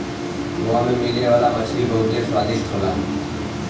गोवा में मिले वाला मछरी बहुते स्वादिष्ट होला